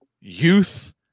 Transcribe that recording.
youth